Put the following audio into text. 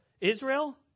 Israel